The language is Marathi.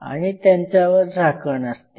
आणि त्यांच्यावर झाकण असते